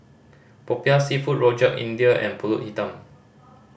Popiah Seafood Rojak India and Pulut Hitam